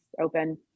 open